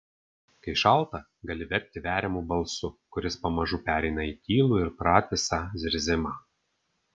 kai šalta gali verkti veriamu balsu kuris pamažu pereina į tylų ir pratisą zirzimą